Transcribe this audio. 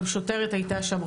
גם שוטרת הייתה שם,